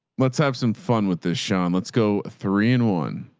let's have some fun with this. sean, let's go three and one,